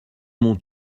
mon